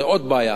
זה עוד בעיה.